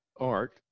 art